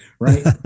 right